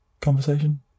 conversation